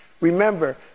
Remember